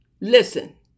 listen